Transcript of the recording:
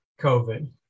COVID